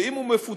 ואם הוא מפוצל